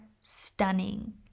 stunning